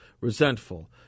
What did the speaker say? resentful